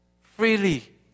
freely